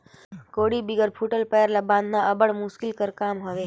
कोड़ी बिगर फूटल पाएर ल बाधना अब्बड़ मुसकिल कर काम हवे